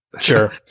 Sure